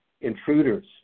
intruders